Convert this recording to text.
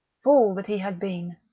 fool that he had been,